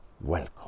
Welcome